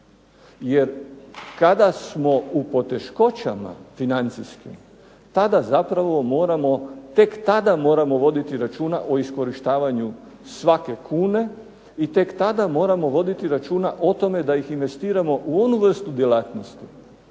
Jer kada smo u financijskim poteškoćama, tada zapravo moramo tek tada moramo voditi računa o iskorištavanju svake kune i tek tada moramo voditi računa o tome da ih investiramo u onu vrstu djelatnosti